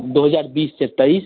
दो हज़ार बीस से तईस